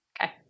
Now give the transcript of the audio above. Okay